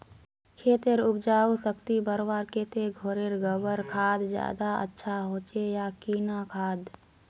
खेतेर उपजाऊ शक्ति बढ़वार केते घोरेर गबर खाद ज्यादा अच्छा होचे या किना खाद?